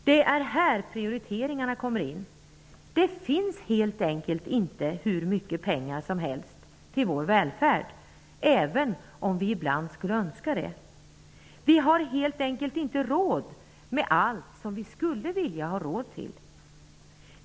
Det är här prioriteringarna kommer in. Det finns helt enkelt inte hur mycket pengar som helst till vår välfärd, även om vi ibland skulle önska det. Vi har helt enkelt inte råd med allt som vi skulle vilja ha råd till.